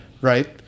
Right